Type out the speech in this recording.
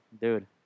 Dude